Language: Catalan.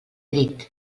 dit